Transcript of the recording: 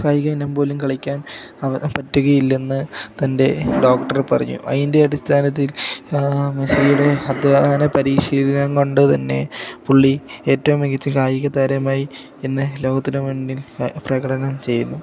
കായിക ഇനം പോലും കളിക്കാൻ പറ്റുകയില്ലെന്ന് തൻ്റെ ഡോക്ടർ പറഞ്ഞു അതിൻ്റെ അടിസ്ഥാനത്തിൽ മെസിയുടെ അധ്വാന പരീശീലനം കൊണ്ടുതന്നെ പുള്ളി ഏറ്റവും മികച്ച കായികതാരമായി ഇന്ന് ലോകത്തിനു മുന്നിൽ പ്രകടനം ചെയ്യുന്നു